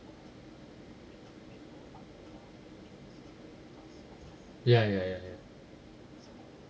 ya ya ya ya